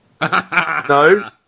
No